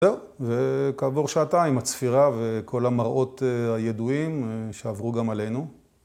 זהו, וכעבור שעתיים, הצפירה וכל המראות הידועים שעברו גם עלינו.